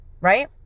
right